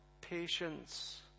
patience